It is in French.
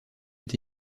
est